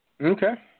Okay